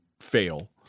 fail